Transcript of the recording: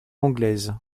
anglaise